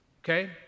Okay